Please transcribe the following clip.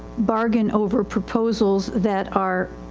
bargain over proposals that are, ah,